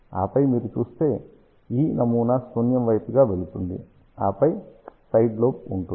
ఆపై మీరు చూస్తే ఈ నమూనా శూన్యం వైపుగా వెళుతుంది ఆపై సైడ్ లోబ్ ఉంటుంది